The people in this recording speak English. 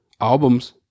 albums